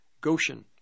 Goshen